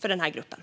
för denna grupp.